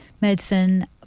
medicine